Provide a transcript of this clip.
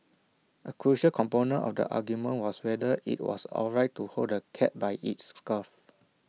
A crucial component of the argument was whether IT was alright to hold the cat by its scruff